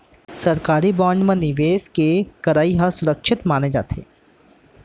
सरकारी बांड म निवेस के करई ह सुरक्छित माने जाथे